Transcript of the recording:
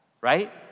right